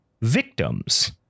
victims